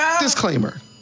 Disclaimer